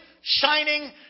shining